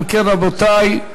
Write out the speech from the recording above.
אם כן, רבותי,